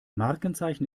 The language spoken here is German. markenzeichen